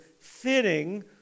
fitting